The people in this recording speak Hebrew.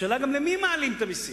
השאלה היא גם למי מעלים את המס.